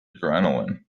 adrenaline